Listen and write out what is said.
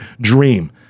dream